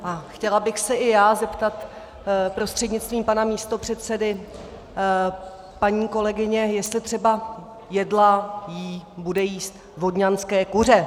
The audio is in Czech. A chtěla bych se i já zeptat prostřednictvím pana místopředsedy paní kolegyně, jestli třeba jedla, jí, bude jíst vodňanské kuře.